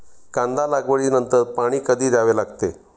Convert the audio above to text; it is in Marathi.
कांदा लागवडी नंतर पाणी कधी द्यावे लागते?